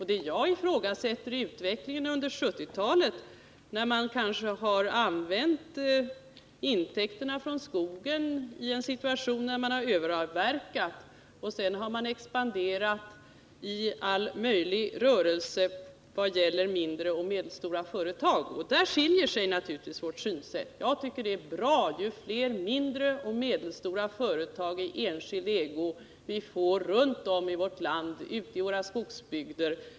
Det jag ifrågasätter är utvecklingen under 1970-talet, då man kanske har överavverkat och använt intäkterna av skogen till att expandera i alla möjliga verksamheter i form av mindre och medelstora företag. Där skiljer sig naturligtvis tycker att det är bra ju fler mindre och medelstora företag i enskild ägo vi får våra synsätt. Jag runt om ute i våra skogsbygder.